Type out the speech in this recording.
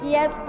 Yes